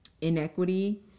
inequity